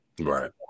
Right